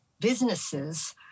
businesses